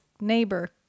neighbor